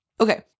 Okay